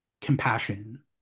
compassion